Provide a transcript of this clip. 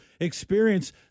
experience